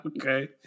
Okay